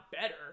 better